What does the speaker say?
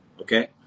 Okay